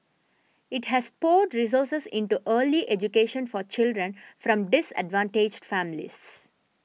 it has poured resources into early education for children from disadvantaged families